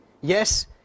Yes